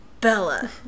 Bella